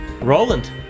Roland